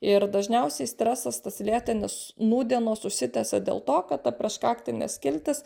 ir dažniausiai stresas tas lėtinis nūdienos užsitęsia dėl to kad ta prieškaktinė skiltis